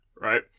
right